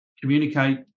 communicate